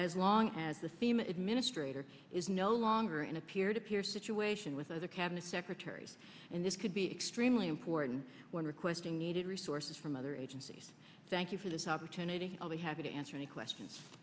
as long as the same administrator is no longer in a peer to peer situation with other cabinet secretaries and this could be extremely important when requesting needed resources from other agencies thank you for this opportunity i'll be happy to answer any questions